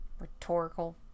Rhetorical